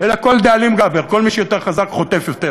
אלא כל דאלים גבר, כל מי שיותר חזק חוטף יותר.